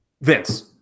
Vince